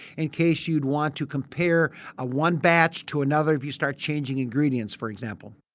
in case you would want to compare ah one batch to another if you start changing ingredients for example.